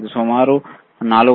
ఇది సుమారు 464